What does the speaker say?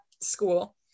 school